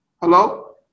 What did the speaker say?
Hello